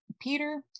Peter